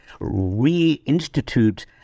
reinstitute